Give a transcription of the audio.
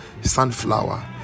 Sunflower